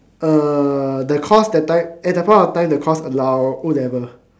uh the course that time at that point of time the course allow O-level